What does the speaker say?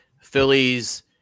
phillies